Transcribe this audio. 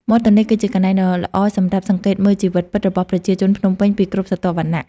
មាត់ទន្លេគឺជាកន្លែងដ៏ល្អសម្រាប់សង្កេតមើល "ជីវិតពិត" របស់ប្រជាជនភ្នំពេញពីគ្រប់ស្រទាប់វណ្ណៈ។